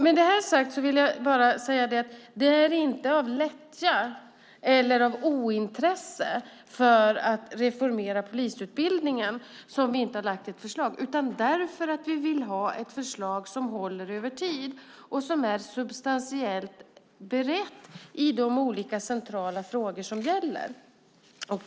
Med detta sagt vill jag bara säga att det inte är av lättja eller av ointresse för att reformera polisutbildningen som vi inte har lagt fram något förslag. Det beror på att vi vill ha ett förslag som håller över tid och som är substantiellt berett i de olika centrala frågor det handlar om.